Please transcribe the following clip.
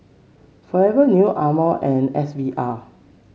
Forever New Amore and S V R